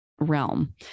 Realm